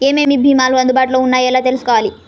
ఏమేమి భీమాలు అందుబాటులో వున్నాయో ఎలా తెలుసుకోవాలి?